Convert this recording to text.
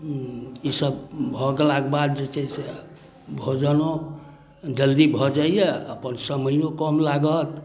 ई सब भऽ गेलाक बाद जे छै से भोजनो जल्दी भऽ जाइए अपन समयो कम लागत